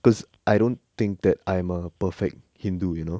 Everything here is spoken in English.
cause I don't think that I'm a perfect hindu you know